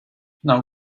now